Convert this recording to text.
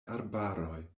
arbaroj